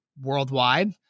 worldwide